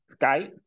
Skype